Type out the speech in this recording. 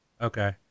Okay